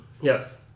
Yes